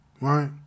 right